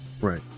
Right